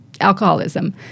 alcoholism